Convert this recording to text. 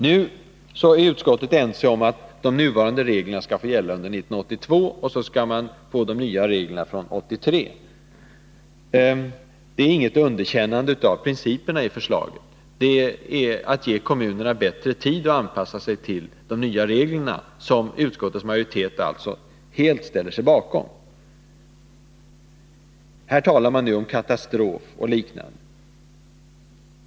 Nu är utskottet enigt om att de nuvarande reglerna skall få gälla under 1982 och att man skall få de nya reglerna från 1983. Det är inget underkännande av principerna i förslaget. Det är att ge kommunerna bättre tid att anpassa sig till de nya reglerna som utskottets majoritet alltså helt ställer sig bakom. Här talar man om katastrof och liknande.